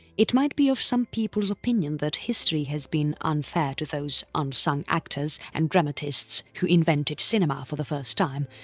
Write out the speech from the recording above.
it might be of some people's opinion that history has been unfair to those unsung actors and dramatists who invented cinema for the first time,